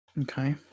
Okay